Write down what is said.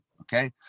okay